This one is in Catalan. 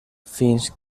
fins